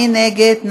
מי נגד?